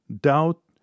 doubt